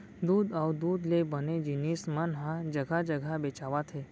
दूद अउ दूद ले बने जिनिस मन ह जघा जघा बेचावत हे